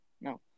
No